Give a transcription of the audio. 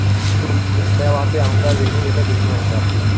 तो मैं वहाँ पे आऊंगा लेके लेने ज़रूर आऊंगा आपके वहाँ